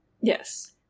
Yes